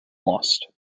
lost